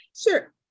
Sure